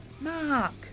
Mark